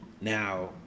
Now